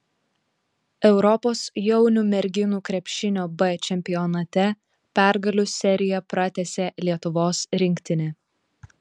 europos jaunių merginų krepšinio b čempionate pergalių seriją pratęsė lietuvos rinktinė